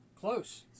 close